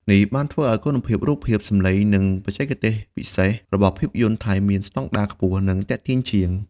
នេះបានធ្វើឲ្យគុណភាពរូបភាព សំឡេង និងបច្ចេកទេសពិសេស របស់ភាពយន្តថៃមានស្តង់ដារខ្ពស់ និងទាក់ទាញជាង។